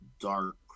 dark